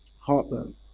Heartburn